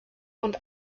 und